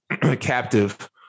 captive